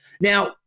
Now